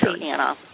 Anna